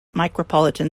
micropolitan